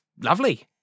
lovely